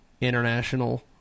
International